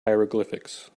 hieroglyphics